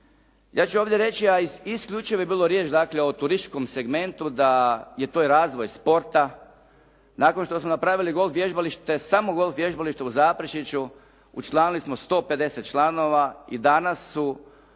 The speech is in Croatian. Ja ću ovdje reći, a isključivo je bilo riječ dakle o turističkom segmentu da je to razvoj sporta. Nakon što smo napravili golf vježbalište, samo golf vježbalište u Zaprešiću učlanili smo 150 članova i danas su